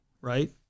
right